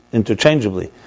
interchangeably